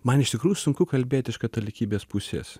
man iš tikrųjų sunku kalbėt iš katalikybės pusės